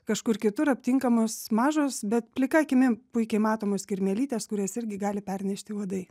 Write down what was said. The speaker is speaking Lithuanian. kažkur kitur aptinkamos mažos bet plika akimi puikiai matomos kirmėlytės kurias irgi gali pernešti uodai